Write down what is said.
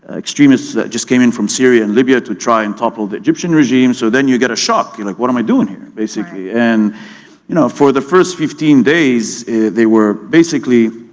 extremists that just came in from syria and libya to try and topple the egyptian regime. so then you get a shock, like what am i doing here basically? and you know for the first fifteen days they were basically